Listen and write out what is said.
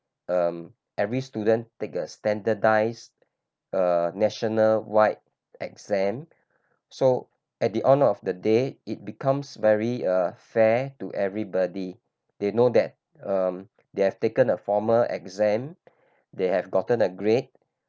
um every student take a standardised uh national wide exam so at the end of the day it becomes very uh fair to everybody they know that um they have taken a former exam they have gotten a grade